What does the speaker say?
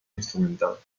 instrumental